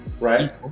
Right